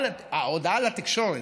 הודעה לתקשורת,